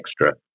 extra